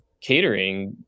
catering